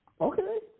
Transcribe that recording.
Okay